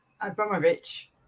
Abramovich